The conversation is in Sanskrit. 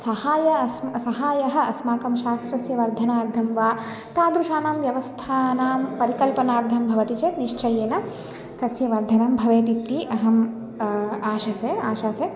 सहायः अस् सहायः अस्माकं शास्त्रस्य वर्धनार्थं वा तादृशीनां व्यवस्थानां परिकल्पनार्थं भवति चेत् निश्चयेन तस्य वर्धनं भवेदिति अहं आशासे आशासे